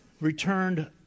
returned